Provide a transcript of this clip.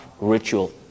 ritual